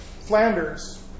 Flanders